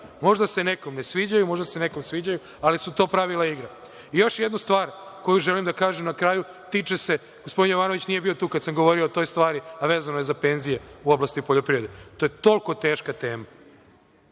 Možda se nekom ne sviđaju, možda se nekom sviđaju, ali su to pravila igre. Još jednu stvar koju želim da kažem na kraju, tiče se, gospodin Jovanović nije bio tu kad sam govorio o toj stvari, a vezano je za penzije u oblasti poljoprivrede. To je toliko teška tema.